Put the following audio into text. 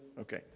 Okay